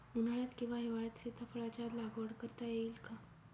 उन्हाळ्यात किंवा हिवाळ्यात सीताफळाच्या लागवड करता येईल का?